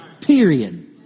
Period